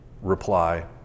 reply